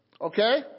Okay